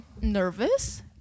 nervous